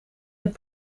het